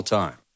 time